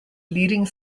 leading